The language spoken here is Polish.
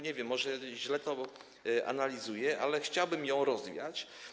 Nie wiem, może źle to analizuję, ale chciałbym ją rozwiać.